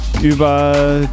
über